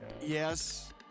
Yes